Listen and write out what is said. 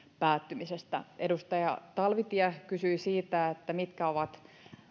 päättymisestä edustaja talvitie kysyi mitkä ovat